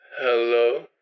Hello